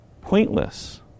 Pointless